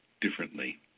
differently